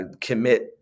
commit